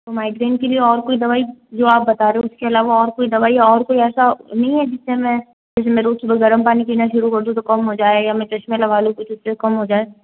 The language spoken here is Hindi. तो माइग्रेन के लिए और कोई दवाई जो आप बता रहे हो उसके अलावा और दवाई और कोई ऐसा नहीं है जिससे मैं रोज सुबह गरम पानी पीना शुरू कर दूँ तो कम हो जाए या मैं चश्मा लगा लूँ कुछ उससे कम हो जाए